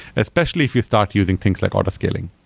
especially if you start using things like auto scaling,